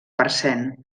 parcent